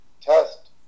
test